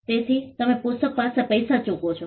તેથી તમે પુસ્તક માટે પૈસા ચૂકવો છો